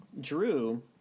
Drew